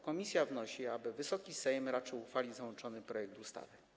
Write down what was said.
Komisja wnosi, aby Wysoki Sejm raczył uchwalić załączony projekt ustawy.